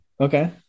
Okay